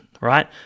right